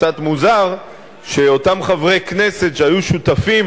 וקצת מוזר שאותם חברי כנסת שהיו שותפים